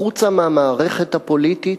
החוצה מהמערכת הפוליטית,